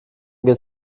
geht